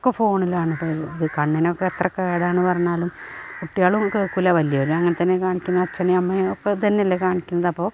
ഒക്കെ ഫോണിലാണ് ഇപ്പം ഇത് കണ്ണിനൊക്കെ എത്ര കേടാണെന്ന് പറഞ്ഞാലും കുട്ടികളും ഒന്നും കേൾക്കില്ല വലിയവരും അങ്ങനെ തന്നെ കാണിക്കുന്നത് അച്ഛനും അമ്മയും ഒക്കെ ഇത് തന്നെയല്ലേ കാണിക്കുന്നത് അപ്പോൾ